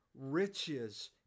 riches